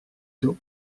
tôt